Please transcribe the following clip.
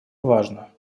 важно